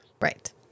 Right